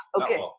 Okay